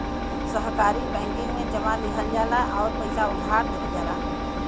सहकारी बैंकिंग में जमा लिहल जाला आउर पइसा उधार देवल जाला